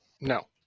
No